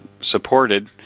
supported